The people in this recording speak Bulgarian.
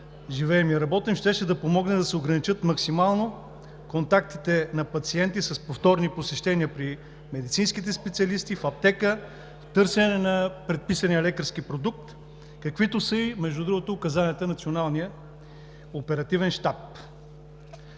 живеем и работим, щеше да помогне да се ограничат максимално контактите на пациенти с повторни посещения при медицинските специалисти, в аптека, търсене на предписания лекарски продукт, каквито са, между другото, и указанията на Националния оперативен щаб.